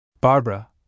Barbara